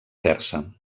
persa